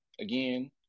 again